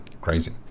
crazy